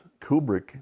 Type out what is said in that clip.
Kubrick